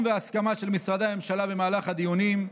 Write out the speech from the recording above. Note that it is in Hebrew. וההסכמה של משרדי הממשלה במהלך הדיונים,